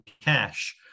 cash